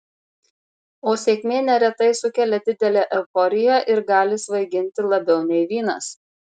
o sėkmė neretai sukelia didelę euforiją ir gali svaiginti labiau nei vynas